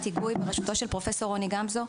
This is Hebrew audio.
היגוי בראשותו של פרופ' רוני גמזו,